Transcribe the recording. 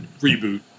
Reboot